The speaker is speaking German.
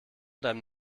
deinem